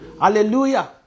hallelujah